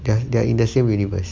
they are they are in the same universe